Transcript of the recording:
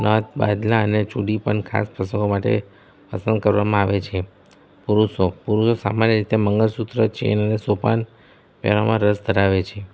નાત બાદલા અને ચૂડી પણ ખાસ પ્રસંગો માટે પસંદ કરવામાં આવે છે પુરુષો પુરુષો સામાન્ય રીતે મંગળસૂત્ર ચેન અને સોપાન પહેરવામાં રસ ધરાવે છે